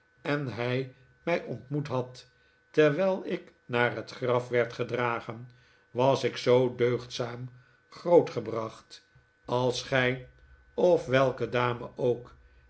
en hij mij bntmoet had terwijl ik naar het graf werd gedragen was ik zoo deugdzaam groot gebracht als gij of welke dame ook